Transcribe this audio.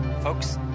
folks